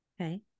Okay